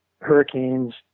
hurricanes